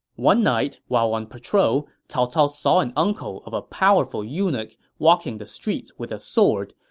one night, while on patrol, cao cao saw an uncle of a powerful eunuch walking the streets with a sword,